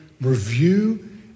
review